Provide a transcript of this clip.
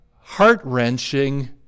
heart-wrenching